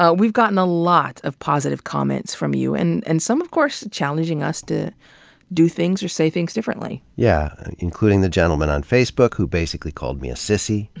ah we've gotten a lot of positive comments from you, and and some of course challenging us to do things or say things differently. yeah including the gentleman on facebook who basically called me a sissy.